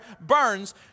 burns